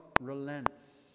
relents